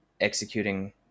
executing